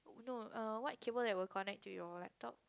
no err what cable that will connect to your laptop